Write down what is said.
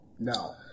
No